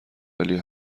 ولی